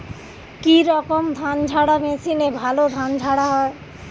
কি রকম ধানঝাড়া মেশিনে ভালো ধান ঝাড়া হয়?